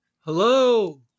Hello